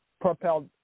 propelled